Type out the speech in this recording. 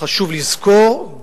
חשוב לזכור,